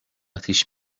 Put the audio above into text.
اتیش